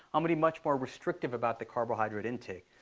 um be much more restrictive about the carbohydrate intake.